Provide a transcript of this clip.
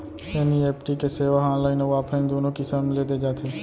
NEFT के सेवा ह ऑनलाइन अउ ऑफलाइन दूनो किसम ले दे जाथे